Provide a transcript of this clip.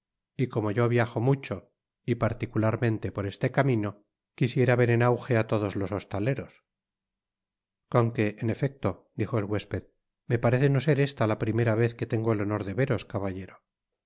y como yo viajo mucho y particularmente noreste camino quisiera ver en auje á todos los hostaleros con que en efecto dijo el huésped me parece no ser esta la vez primera qne tengo el honor de veros caballero